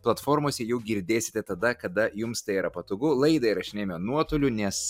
platformose jau girdėsite tada kada jums tai yra patogu laidą įrašinėjame nuotoliu nes